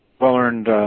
well-earned